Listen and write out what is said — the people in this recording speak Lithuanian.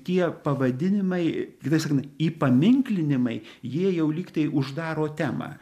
tie pavadinimai kitaip sakant įpaminklinimai jie jau lygtai uždaro temą